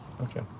Okay